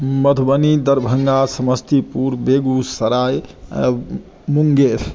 Madhubani Darbhanga Samastipur Begusarai Munger